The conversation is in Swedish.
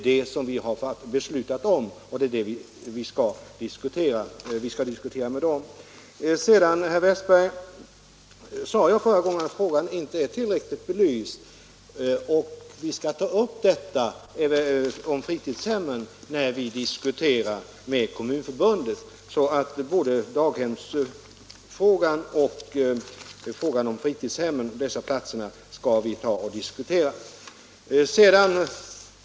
Sedan, herr Wästberg i Stockholm, sade jag i mitt tidigare inlägg att frågan om fritidshemmen inte är tillräckligt belyst och att vi skall ta upp den igen när vi diskuterar med Kommunförbundet. Vi skall alltså diskutera både frågan om platserna på daghemmen och frågan om fritidshemmen.